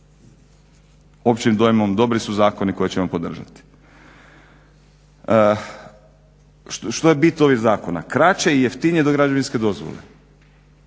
općim dojmom dobri su zakoni koje ćemo podržati. Što je bit ovih zakona? kraće i jeftinije do građevinske dozvole,